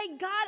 God